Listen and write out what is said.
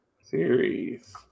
series